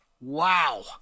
Wow